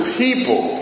people